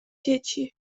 dzieci